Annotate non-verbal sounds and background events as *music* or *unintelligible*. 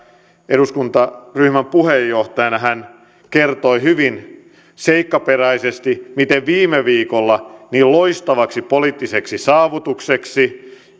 eduskuntaryhmän puheenjohtajana hän kertoi hyvin seikkaperäisesti miten viime viikolla niin loistavaksi poliittiseksi saavutukseksi *unintelligible*